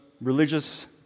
religious